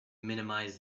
minimize